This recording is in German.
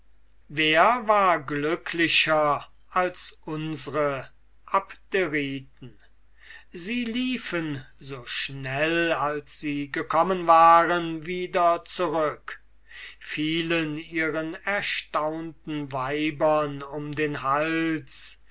wer war glücklicher als unsre abderiten sie liefen so schnell als sie gekommen waren wieder zurück fielen ihren erstaunten weibern um den hals